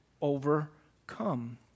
overcome